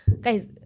guys